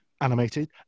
animated